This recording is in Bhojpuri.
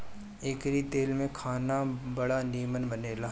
एकरी तेल में खाना बड़ा निमन बनेला